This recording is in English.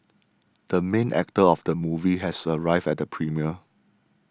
the main actor of the movie has arrived at the premiere